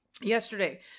Yesterday